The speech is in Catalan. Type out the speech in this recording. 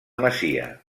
masia